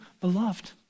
beloved